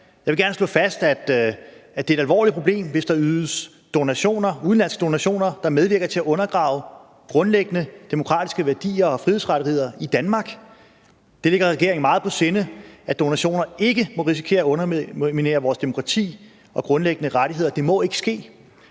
Jeg vil gerne slå fast, at det er et alvorligt problem, hvis der ydes udenlandske donationer, der medvirker til at undergrave grundlæggende demokratiske værdier og frihedsrettigheder i Danmark. Det ligger regeringen meget på sinde, at donationer ikke må risikere at underminere vores demokrati og grundlæggende rettigheder. Det må ikke ske.